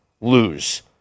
lose